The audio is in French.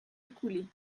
écoulées